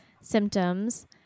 symptoms